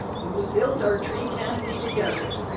we will build our tree canopy together.